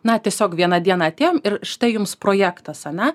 na tiesiog vieną dieną atėjom ir štai jums projektas ane